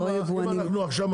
לא היבואנים,